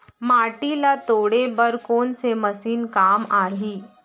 माटी ल तोड़े बर कोन से मशीन काम आही?